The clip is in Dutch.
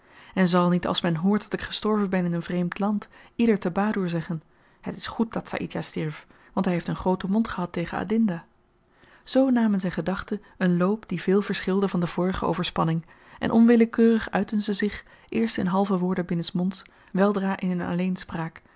en zal niet als men hoort dat ik gestorven ben in een vreemd land ieder te badoer zeggen het is goed dat saïdjah stierf want hy heeft een grooten mond gehad tegen adinda zoo namen zyn gedachten een loop die veel verschilde van de vorige overspanning en onwillekeurig uitten ze zich eerst in halve woorden binnen'smonds weldra in een